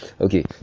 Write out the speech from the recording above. okay